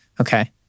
Okay